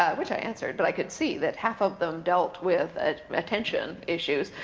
ah which i answered. but i could see that half of them dealt with ah attention issues.